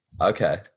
okay